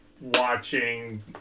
watching